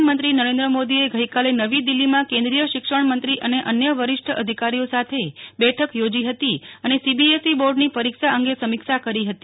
પ્રધાનમંત્રી નરેન્દ્ર મોદીએ ગઈકાલે નવી દિલ્હીમાં કેન્દ્રીય શિક્ષણમંત્રી અને અન્ય વરિષ્ઠ અધિકારીઓ સાથે બેઠક થોજી હતી અને સીબીએસઈ બોર્ડની પરીક્ષો અંગે સમીક્ષા કરી હતી